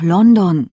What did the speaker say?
London